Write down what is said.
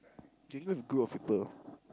can go with group of people